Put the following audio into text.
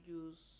use